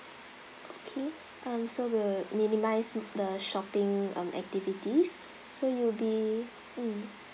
okay um so will minimise m~ the shopping um activities so you'll be